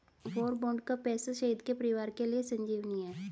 वार bond का पैसा शहीद के परिवारों के लिए संजीवनी है